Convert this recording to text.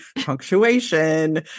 punctuation